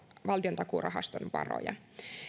valtiontakuurahaston varoja